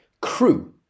Crew